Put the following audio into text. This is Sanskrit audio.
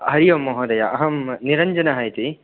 हरिः ओं महोदय अहं निरञ्जनः इति